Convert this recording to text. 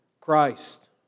Christ